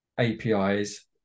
APIs